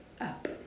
up